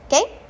okay